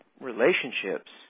relationships